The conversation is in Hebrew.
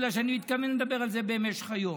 בגלל שאני מתכוון לדבר על זה במשך היום,